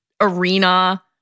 arena